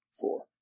four